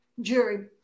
jury